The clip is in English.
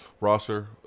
Roster